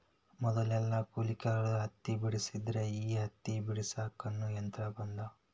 ಮದಲೆಲ್ಲಾ ಕೂಲಿಕಾರರ ಹತ್ತಿ ಬೆಡಸ್ತಿದ್ರ ಈಗ ಹತ್ತಿ ಬಿಡಸಾಕುನು ಯಂತ್ರ ಬಂದಾವಂತ